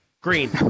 Green